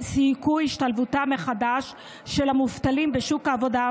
סיכויי השתלבותם מחדש של המובטלים בשוק העבודה,